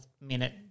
minute